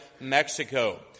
Mexico